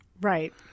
Right